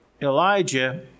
Elijah